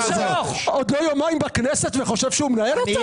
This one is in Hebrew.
עוד לא יומיים בכנסת וחושב שהוא מנהל אותה?